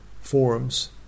forums